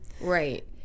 Right